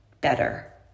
better